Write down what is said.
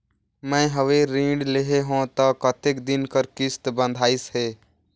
मैं हवे ऋण लेहे हों त कतेक दिन कर किस्त बंधाइस हे?